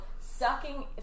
sucking